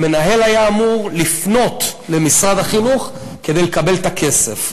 ומנהל היה אמור לפנות למשרד החינוך כדי לקבל את הכסף.